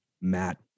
Matt